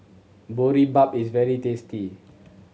boribap is very tasty